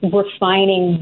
refining